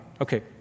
Okay